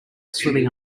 swimming